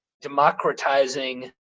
democratizing